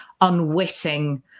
unwitting